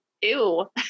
Ew